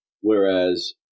whereas